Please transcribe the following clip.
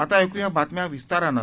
आता ऐकूया बातम्या विस्तारानं